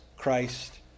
Christ